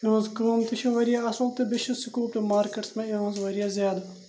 یِہٕنٛز کٲم تہِ چھِ واریاہ اَصٕل تہٕ بیٚیہِ چھُ سکوٗل تہٕ مارکیٹَس منٛز یِہٕنٛز واریاہ زیادٕ